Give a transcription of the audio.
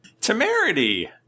Temerity